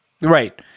Right